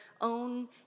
own